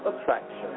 attraction